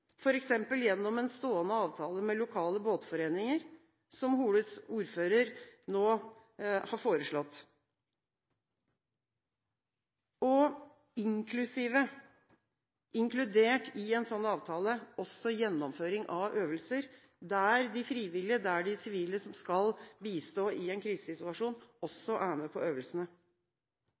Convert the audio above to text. gjennom en stående avtale med lokale båtforeninger, som Holes ordfører nå har foreslått. Inkludert i en sånn avtale er også gjennomføring av øvelser, der de frivillige og sivile som skal bistå i en krisesituasjon, også er med på øvelsene.